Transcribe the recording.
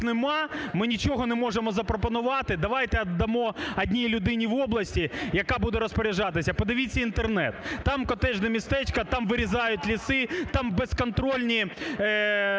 ми нічого не можемо запропонувати, давайте віддамо одній людині в області, яка буде розпоряджатися. Подивіться Інтернет: там котеджні містечка, там вирізають ліси, там безконтрольні